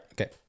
Okay